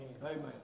Amen